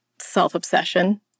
self-obsession